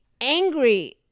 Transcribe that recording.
angry